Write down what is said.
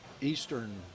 eastern